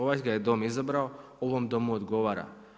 Ovaj ga je Dom izabrao, ovom Domu odgovara.